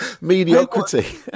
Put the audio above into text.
Mediocrity